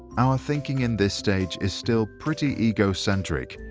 our thinking in this stage is still pretty egocentric.